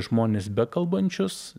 žmones bekalbančius